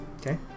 Okay